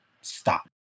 stop